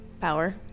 power